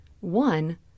one